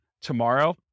tomorrow